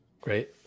Great